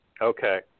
Okay